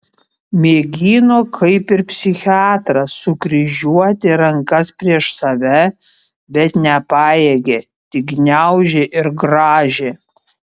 mėgino kaip ir psichiatras sukryžiuoti rankas prieš save bet nepajėgė tik gniaužė ir grąžė